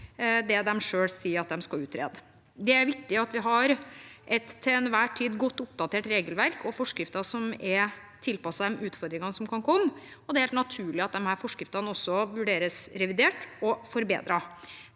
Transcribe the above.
det den selv sier den skal utrede. Det er viktig at vi til enhver tid har et godt oppdatert regelverk og forskrifter som er tilpasset de utfordringene som kan komme, og det er helt naturlig at disse forskriftene også vurderes revidert og forbedret.